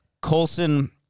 Colson